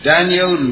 Daniel